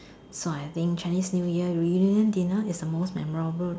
so I think Chinese new year reunion dinner is the most memorable